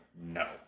no